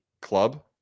club